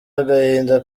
agahinda